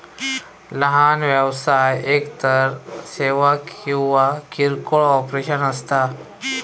लहान व्यवसाय एकतर सेवा किंवा किरकोळ ऑपरेशन्स असता